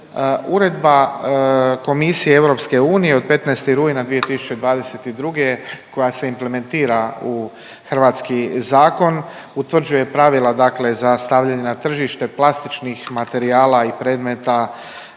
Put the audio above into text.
Uredba Komisije EU od 15. rujna 2022. koja se implementira u hrvatski zakon utvrđuje pravila dakle za stavljanje na tržište plastičnih materijala i predmeta